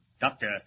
Doctor